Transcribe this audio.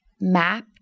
map